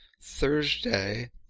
Thursday